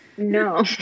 No